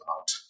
out